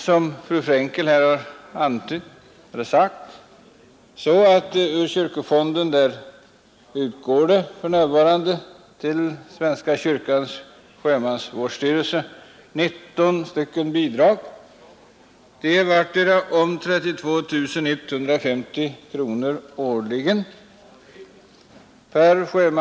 Som fru Frankel har sagt utgår det för närvarande ur kyrkofonden 19 bidrag till svenska kyrkans sjömansvårdsstyrelse, vartdera om 32 150 kronor.